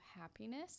happiness